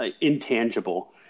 intangible